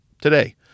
today